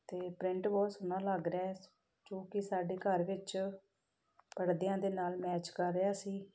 ਅਤੇ ਪ੍ਰਿੰਟ ਬਹੁਤ ਸੋਹਣਾ ਲੱਗ ਰਿਹਾ ਹੈ ਜੋ ਕਿ ਸਾਡੇ ਘਰ ਵਿੱਚ ਪੜਦਿਆਂ ਦੇ ਨਾਲ ਮੈਚ ਕਰ ਰਿਹਾ ਸੀ